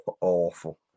awful